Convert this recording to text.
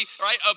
right